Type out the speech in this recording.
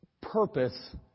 purpose